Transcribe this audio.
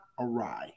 awry